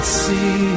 see